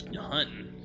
hunting